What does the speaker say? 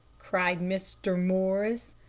cried mr. morris.